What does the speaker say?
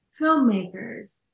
filmmakers